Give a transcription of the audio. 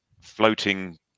floating